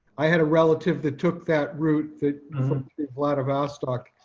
i had a relative that took that route that vladivostok,